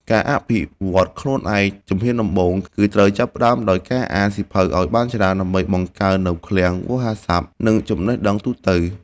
ការអភិវឌ្ឍខ្លួនឯងជំហានដំបូង គឺត្រូវចាប់ផ្ដើមដោយការអានសៀវភៅឱ្យបានច្រើន ដើម្បីបង្កើននូវឃ្លាំងវោហារស័ព្ទ និងចំណេះដឹងទូទៅ។